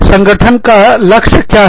संगठन का लक्ष्य क्या है